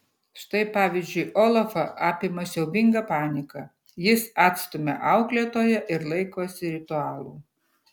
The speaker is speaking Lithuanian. štai pavyzdžiui olafą apima siaubinga panika jis atstumia auklėtoją ir laikosi ritualų